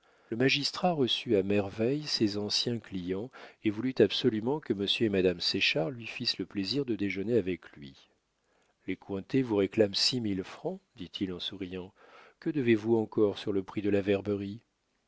le magistrat reçut à merveille ses anciens clients et voulut absolument que monsieur et madame séchard lui fissent le plaisir de déjeuner avec lui les cointet vous réclament six mille francs dit-il en souriant que devez-vous encore sur le prix de la verberie